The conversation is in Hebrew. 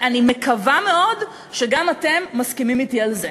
אני מקווה מאוד שגם אתם מסכימים אתי על זה.